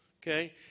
okay